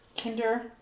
kinder